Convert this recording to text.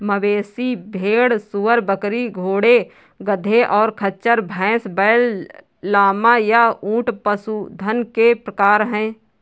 मवेशी, भेड़, सूअर, बकरी, घोड़े, गधे, और खच्चर, भैंस, बैल, लामा, या ऊंट पशुधन के प्रकार हैं